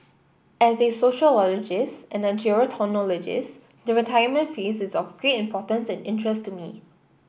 as a sociologist and a gerontologist the retirement phase is of great importance and interest to me